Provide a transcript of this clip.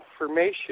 information